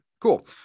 Cool